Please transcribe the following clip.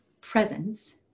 Presence